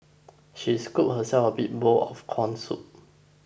she scooped herself a big bowl of Corn Soup